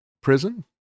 prison